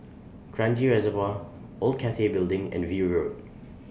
Kranji Reservoir Old Cathay Building and View Road